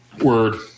Word